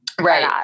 Right